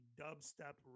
dubstep